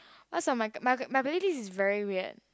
what's a Maga~ by the way this is very weird